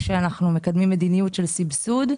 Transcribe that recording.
כשאנחנו מקדמים מדיניות של סבסוד,